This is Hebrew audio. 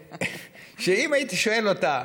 אם הייתי שואל אותה,